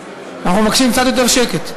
אנחנו מבקשים קצת יותר שקט,